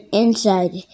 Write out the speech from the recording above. inside